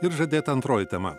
ir žadėta antroji tema